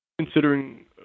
considering